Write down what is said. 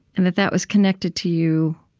and that that was connected to you